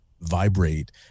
vibrate